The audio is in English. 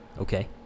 Okay